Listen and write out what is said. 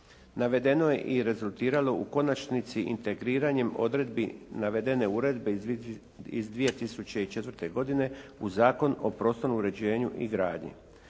Navedeno je i rezultiralo u konačnici integriranjem odredbi navedene uredbe iz 2004. godine u Zakon o prostornom uređenju i gradnji.